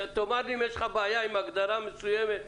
תאמר אם יש לך בעיה עם הגדרה מסוימת.